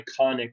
iconic